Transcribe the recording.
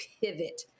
pivot